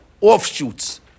offshoots